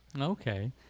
okay